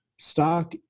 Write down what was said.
stock